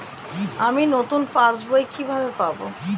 আমি নতুন passbook কিভাবে পাব?